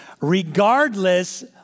Regardless